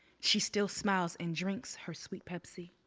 she still smiles and drinks her sweet pepsi.